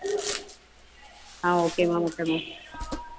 ah okay ma'am okay ma'am